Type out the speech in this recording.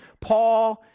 paul